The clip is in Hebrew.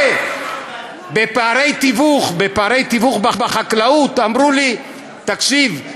בפערי תיווך בחקלאות אמרו לי: תקשיב,